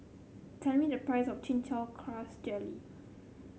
tell me the price of Chin Chow Grass Jelly